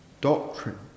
doctrine